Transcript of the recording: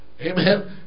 Amen